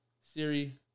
Siri